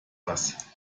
was